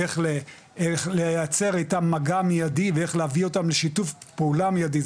איך לייצר איתם מגע מידי ואיך להביא אותם לשיתוף פעולה מידי,